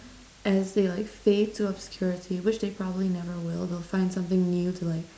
as they like fade to obscurity which they probably never will they'll find something new to like